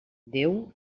déu